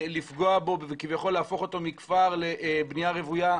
וכביכול להפוך אותו מכפר לבנייה רוויה.